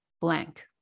blank